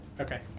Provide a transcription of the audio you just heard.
Okay